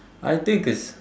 I think it's